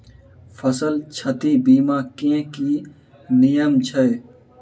फसल क्षति बीमा केँ की नियम छै?